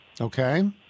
Okay